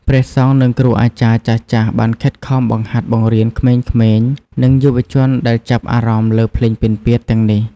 ព្រះសង្ឃ និងគ្រូអាចារ្យចាស់ៗបានខិតខំបង្ហាត់បង្រៀនក្មេងៗ និងយុវជនដែលចាប់អារម្មណ៍លើភ្លេងពិណពាទ្យទាំងនេះ។